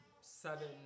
seven